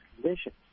conditions